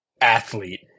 athlete